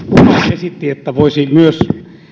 esitti että